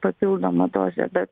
papildomą dozę bet